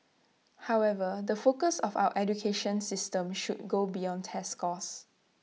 however the focus of our education system should go beyond test scores